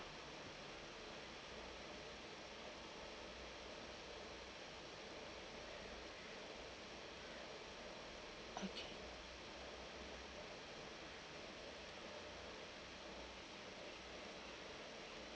okay